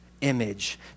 image